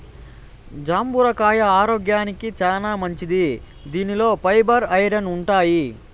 జంబూర కాయ ఆరోగ్యానికి చానా మంచిది దీనిలో ఫైబర్, ఐరన్ ఉంటాయి